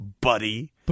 Buddy